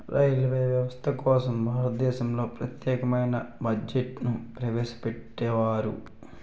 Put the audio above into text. railway వ్యవస్థ కోసం భారతదేశంలో ప్రత్యేకమైన బడ్జెట్ను ప్రవేశపెట్టేవారు